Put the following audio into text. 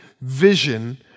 vision